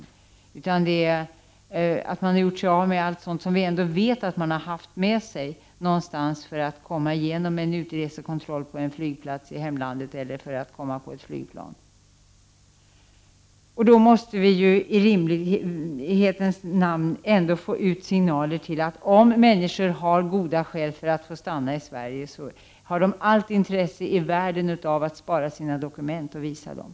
Det gäller sådana människor som har gjort sig av med alla de handlingar som vi vet att de har haft med sig för att komma igenom en utresekontroll på en flygplats i hemlandet eller för att komma med på ett flygplan. Då måste vi i rimlighetens namn ändå få föra ut signaler om att människor, om de har goda skäl för att få stanna i Sverige, har allt intresse i världen av att spara sina dokument och visa dem.